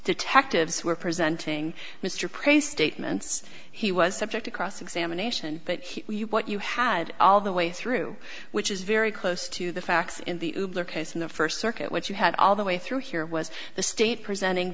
detectives were presenting mr praise statements he was subject to cross examination but what you had all the way through which is very close to the facts in the case in the first circuit what you had all the way through here was the state presenting